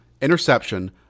interception